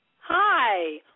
Hi